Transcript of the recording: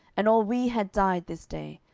and all we had died this day,